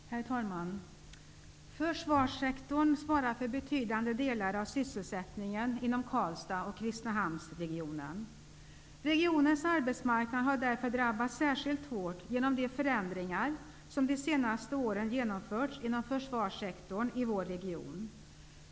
Herr talman! Försvarssektorn svarar för betydande delar av sysselsättningen inom Karlstads och Kristinehamnsregionen. Regionens arbetsmarknad har därför drabbats särskilt hårt genom de förändringar som de senaste åren genomförts inom försvarssektorn i vår region.